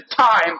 time